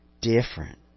different